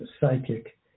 psychic